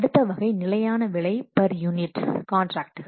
அடுத்த வகை நிலையான விலை பெர் யூனிட் காண்ட்ராக்ட்கள்